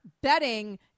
betting